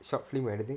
short film or anything